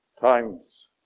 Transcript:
times